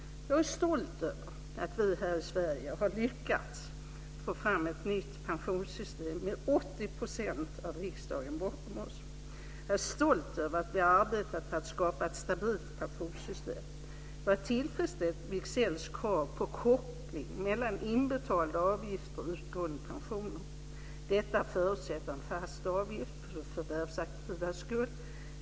Jag är stolt över att vi här i Sverige har lyckats få fram ett nytt pensionssystem med 80 % av riksdagen bakom oss. Jag är stolt över att vi har arbetat för att skapa ett stabilt pensionssystem. Vi har tillfredsställt Wicksells krav på koppling mellan inbetalda avgifter och utgående pensioner. Detta förutsätter en fast avgift, för de förvärvsaktivas skull.